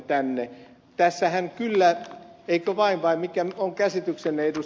tässähän kyllä eikö vain vai mikä on käsityksenne ed